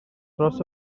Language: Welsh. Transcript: dros